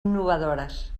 innovadores